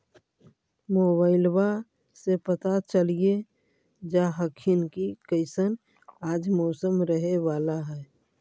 मोबाईलबा से पता चलिये जा हखिन की कैसन आज मौसम रहे बाला है?